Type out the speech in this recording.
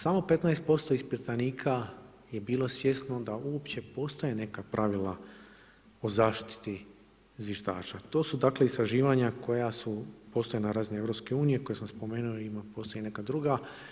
Samo 15% ispitanika je bilo svjesno da uopće postoje neka pravila o zaštiti zviždača, to su dakle istraživanja koja postoje na razini EU-a, koje sam spomenuo i postoje neka druga.